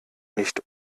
nicht